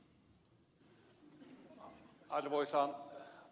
arvoisa puhemies